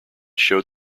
showed